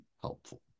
helpful